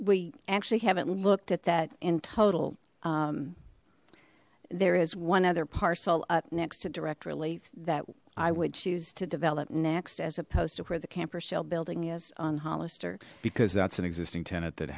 we actually haven't looked at that in total there is one other parcel up next to direct relief that i would choose to develop next as opposed to where the camper shell building is on hollister because that's an existing tenant that